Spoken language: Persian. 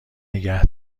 نگه